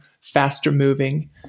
faster-moving